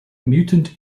mutant